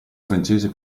francese